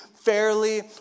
Fairly